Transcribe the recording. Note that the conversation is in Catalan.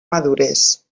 madures